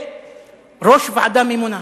וראש ועדה ממונה.